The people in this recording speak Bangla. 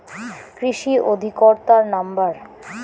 কৃষি অধিকর্তার নাম্বার?